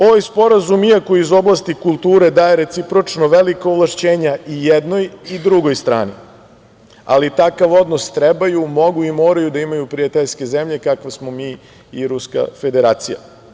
Ovaj Sporazum, iako je iz oblasti kulture, daje recipročno velika ovlašćenja i jednoj i drugoj strani, ali takav odnos trebaju, mogu i moraju da imaju prijateljske zemlje kakve smo mi i Ruska Federacija.